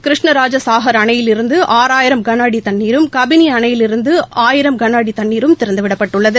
கிருஷ்ணராஜசாஹர் அணையிலிருந்துஆறாயிரம் கனஅடிதண்ணீரும் கபினிஅணையிலிருந்துஆயிரம் கனஅடிதண்ணீரும் திறந்துவிடப்பட்டுள்ளது